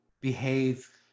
behave